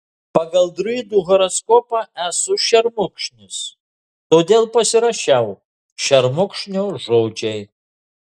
pagal druidų horoskopą esu šermukšnis todėl pasirašiau šermukšnio žodžiai